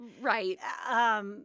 Right